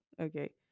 Okay